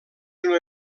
una